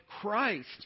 Christ